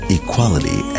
equality